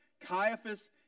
Caiaphas